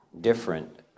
different